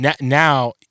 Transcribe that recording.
now